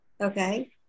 okay